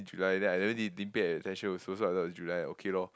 July then I really didn't pay attention also so I thought July okay loh